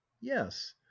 yes